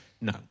No